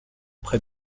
près